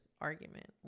argument